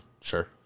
Sure